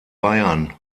bayern